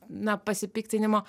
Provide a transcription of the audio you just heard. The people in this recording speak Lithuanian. na pasipiktinimo